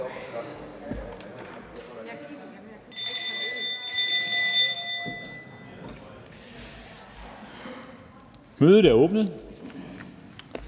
Mødet er åbnet.